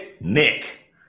nick